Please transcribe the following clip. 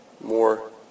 more